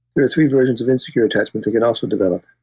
there are three versions of insecure attachment that could also develop.